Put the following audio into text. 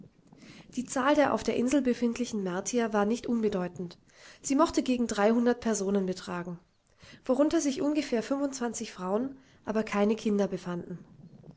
die zahl der auf der insel befindlichen martier war nicht unbedeutend sie mochte gegen dreihundert personen betragen worunter sich ungefähr fünfundzwanzig frauen aber keine kinder befanden